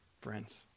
friends